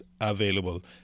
available